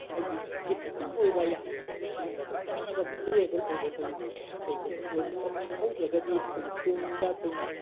ꯍꯥꯏꯗꯤ ꯗꯤꯁꯤꯄ꯭ꯂꯤꯟ ꯑꯣꯏꯕ ꯌꯥꯝꯅ ꯁꯤꯒꯨꯝꯕ ꯑꯩꯈꯣꯏ ꯀꯥꯟꯅꯕ ꯚꯦꯂꯨꯑꯦꯕꯜ ꯑꯣꯏꯕ ꯑꯩꯈꯣꯏꯒꯤ ꯀꯔꯤꯒꯨꯝꯕꯁꯦ ꯑꯣꯏꯅ ꯈꯔ ꯈꯪꯍꯧꯗ꯭ꯔꯒꯗꯤ ꯑꯩꯈꯣꯏꯒꯤ ꯇꯨꯡꯗ ꯑꯩꯈꯣꯏꯅ